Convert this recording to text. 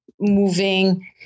moving